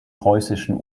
preußischen